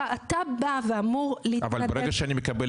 אתה בא ואמור --- אבל ברגע שאני מקבל